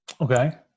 okay